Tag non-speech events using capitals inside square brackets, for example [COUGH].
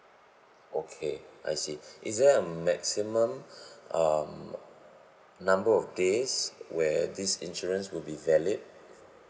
okay I see [BREATH] is there a maximum [BREATH] um number of days where this insurance will be valid